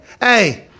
hey